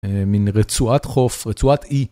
מין רצועת חוף, רצועת אי.